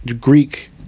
Greek